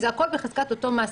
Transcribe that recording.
כי זה הכול בחזקת אותו מעסיק.